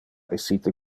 essite